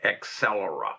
Accelera